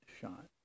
Shot